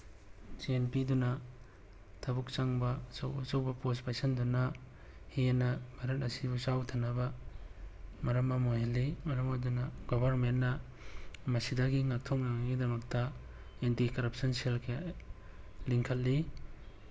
ꯁꯦꯟ ꯄꯤꯗꯨꯅ ꯊꯕꯛ ꯆꯪꯕ ꯑꯆꯧ ꯑꯆꯧꯕ ꯄꯣꯁ ꯄꯥꯏꯁꯤꯟꯗꯨꯅ ꯍꯦꯟꯅ ꯚꯥꯔꯠ ꯑꯁꯤꯕꯨ ꯆꯥꯎꯊꯅꯕ ꯃꯔꯝ ꯑꯃ ꯑꯣꯏꯍꯜꯂꯤ ꯃꯔꯝ ꯑꯗꯨꯅ ꯒꯣꯕꯔꯃꯦꯟꯅ ꯃꯁꯤꯗꯒꯤ ꯉꯥꯛꯊꯣꯛꯅꯉꯥꯏꯒꯤꯗꯃꯛꯇ ꯑꯦꯟꯇꯤ ꯀꯔꯞꯁꯟ ꯁꯦꯜ ꯀꯌꯥ ꯂꯤꯡꯈꯠꯂꯤ